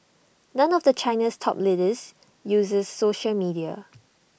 none of China's top leaders uses social media